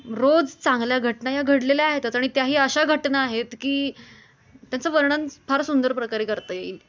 रोज चांगल्या घटना या घडलेल्या आहेतच आणि त्याही अशा घटना आहेत की त्यांचं वर्णन फार सुंदर प्रकारे करता येईल